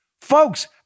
Folks